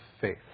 faith